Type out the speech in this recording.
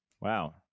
Wow